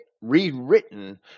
rewritten